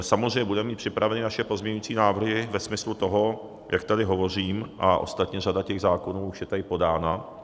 Samozřejmě budeme mít připraveny naše pozměňovací návrhy ve smyslu toho, jak tady hovořím, a ostatně řada zákonů už je tady podána.